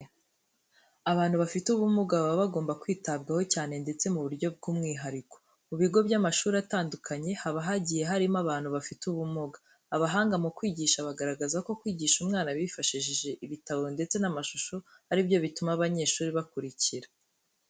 Abantu bafite ubumuga baba bagomba kwitabwaho cyane ndetse mu buryo bw'umwihariko. Mu bigo by'amashuri atandukanye, haba hagiye harimo abantu bafite ubumuga. Abahanga mu kwigisha bagaragaza ko kwigisha umwana bifashishije ibitabo ndetse n'amashusho ari byo bituma abanyeshuri bakurikira.